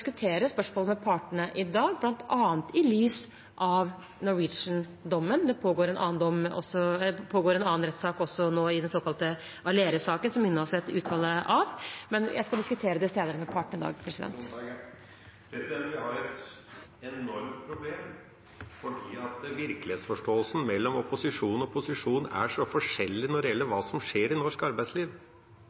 diskutere spørsmålet med partene i dag, bl.a. i lys av Norwegian-dommen. Det pågår også en annen rettssak nå, i den såkalte Aleris-saken, som ingen av oss vet utfallet av, men jeg skal diskutere det senere i dag med partene. Vi har et enormt problem fordi virkelighetsforståelsen mellom opposisjon og posisjon er så forskjellig når det gjelder hva som skjer i norsk arbeidsliv.